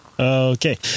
Okay